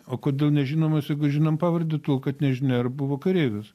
o kodėl nežinomas jeigu žinom pavardę tol kad nežinia ar buvo kareivis